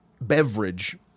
beverage